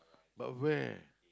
but where